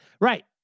right